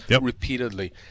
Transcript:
repeatedly